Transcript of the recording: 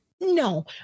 No